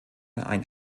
ein